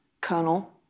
Colonel